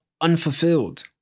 unfulfilled